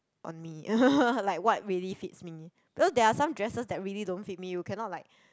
on me like what really fits me because there are some dresses that really don't fit me you can not like